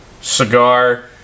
cigar